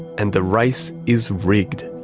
and the race is rigged.